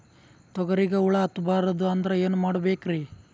ತೊಗರಿಗ ಹುಳ ಹತ್ತಬಾರದು ಅಂದ್ರ ಏನ್ ಮಾಡಬೇಕ್ರಿ?